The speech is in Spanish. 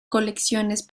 colecciones